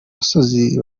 musozi